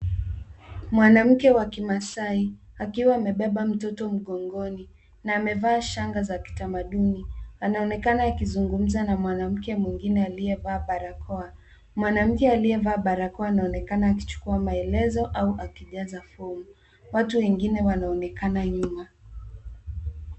Mwanamke wa kimaasai akiwa amebeba mtoto mgongoni na amevaa shanga za kitamaduni, anaonekana akizungumza na mwanamke mwingine aliyevaa barakoa. Mwanamke aliyevaa barakoa anaonekana akichukua maelezo au akijaza fomu. Watu wengine wanaonekana nyuma.